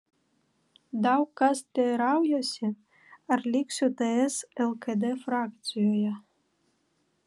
daug kas teiraujasi ar liksiu ts lkd frakcijoje